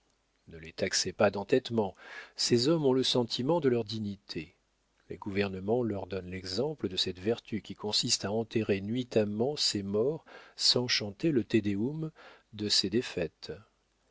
ne les taxez pas d'entêtement ces hommes ont le sentiment de leur dignité les gouvernements leur donnent l'exemple de cette vertu qui consiste à enterrer nuitamment ses morts sans chanter le te deum de ses défaites